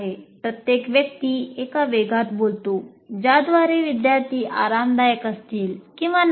प्रत्येक व्यक्ती एका वेगात बोलते ज्याद्वारे विद्यार्थी आरामदायक असतील किंवा नसतील